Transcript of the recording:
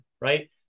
right